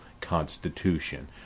constitution